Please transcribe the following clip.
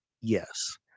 Yes